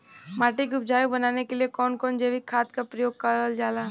माटी के उपजाऊ बनाने के लिए कौन कौन जैविक खाद का प्रयोग करल जाला?